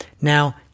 Now